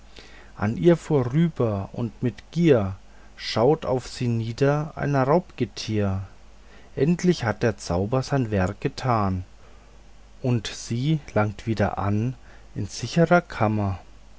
an ihr vorüber und mit gier schaut auf sie nieder ein raubgetier endlich hat der zauber sein werk getan und sie langt wieder an in sichrer kammer